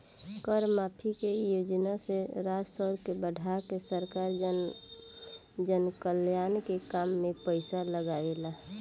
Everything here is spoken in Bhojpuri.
कर माफी के योजना से राजस्व के बढ़ा के सरकार जनकल्याण के काम में पईसा लागावेला